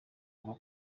ava